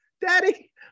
daddy